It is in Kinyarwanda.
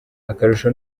akarusho